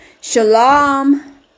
Shalom